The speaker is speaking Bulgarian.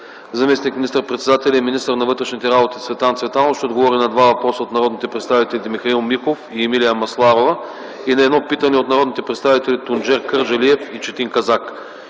Заместник министър-председателят и министър на вътрешните работи Цветан Цветанов ще отговори на два въпроса от народните представители Михаил Михайлов и Емилия Масларова, и на едно питане от народните представители Тунджер Кърджалиев и Четин Казак.